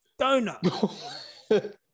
Donut